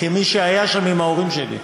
כמי שהיה שם עם ההורים שלי,